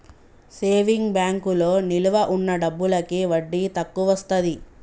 saving బ్యాంకులో నిలవ ఉన్న డబ్బులకి వడ్డీ తక్కువొస్తది